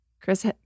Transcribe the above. Chris